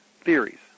theories